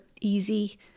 easy